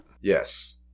Yes